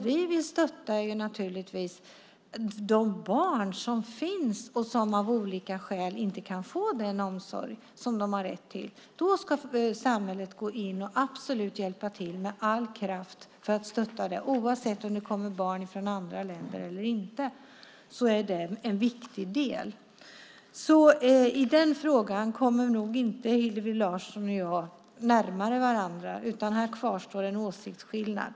Vi vill stötta de barn som finns och som av olika skäl inte kan få den omsorg de har rätt till. Då ska samhället gå in och hjälpa till med all kraft för att stötta dem. Oavsett om det kommer barn från andra länder eller inte är det en viktig del. I den frågan kommer nog inte Hillevi Larsson och jag närmare varandra, utan här kvarstår en åsiktsskillnad.